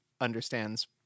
understands